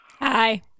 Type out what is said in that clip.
Hi